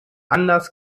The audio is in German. anders